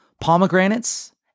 Pomegranates